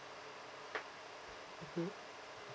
mmhmm